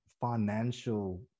financial